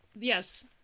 yes